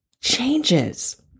changes